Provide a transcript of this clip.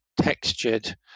textured